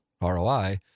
ROI